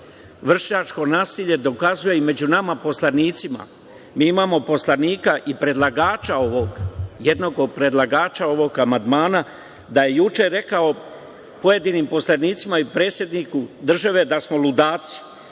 vršnjačko nasilje, dokazuje i među nama poslanicima. Mi imamo poslanike i predlagače, jednog od predlagača ovog amandmana da je juče rekao pojedinim poslanicima i predsedniku države da smo ludaci,